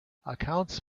accounts